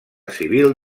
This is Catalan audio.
civil